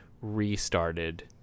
restarted